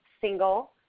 single